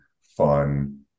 fun